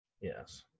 Yes